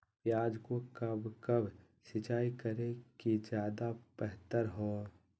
प्याज को कब कब सिंचाई करे कि ज्यादा व्यहतर हहो?